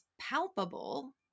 palpable